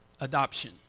Adoption